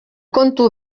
kontu